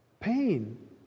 pain